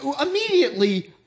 immediately